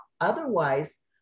Otherwise